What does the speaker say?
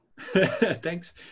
Thanks